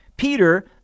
Peter